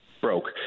broke